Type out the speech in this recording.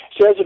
Says